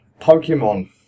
Pokemon